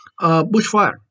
Bushfire